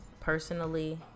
personally